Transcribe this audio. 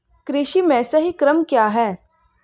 कृषि में सही क्रम क्या है?